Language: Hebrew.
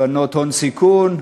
קרנות הון סיכון,